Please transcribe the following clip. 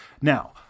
Now